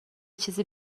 چیزی